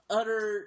utter